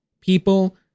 people